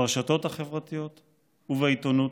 ברשתות החברתיות ובעיתונות.